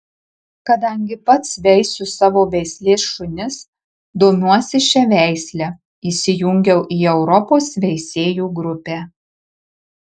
kadangi pats veisiu savo veislės šunis domiuosi šia veisle įsijungiau į europos veisėjų grupę